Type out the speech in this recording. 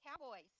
cowboys